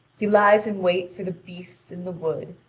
he lies in wait for the beasts in the woods,